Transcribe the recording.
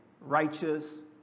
righteous